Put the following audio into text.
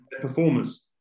performers